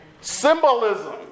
symbolism